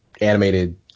animated